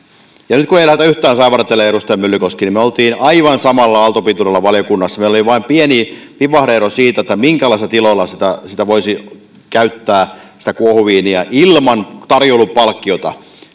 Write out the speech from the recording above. kun ei lähdetä yhtään saivartelemaan edustaja myllykoski niin me olimme aivan samalla aaltopituudella valiokunnassa meillä oli vain pieni vivahde ero siinä minkälaisilla tiloilla voisi käyttää sitä kuohuviiniä ilman tarjoilupalkkiota